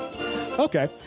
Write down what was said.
okay